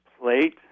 plate